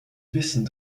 wissen